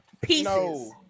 pieces